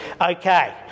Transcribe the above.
okay